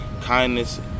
kindness